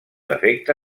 efecte